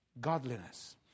godliness